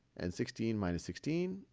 and sixteen minus sixteen,